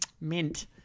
mint